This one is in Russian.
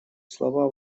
слова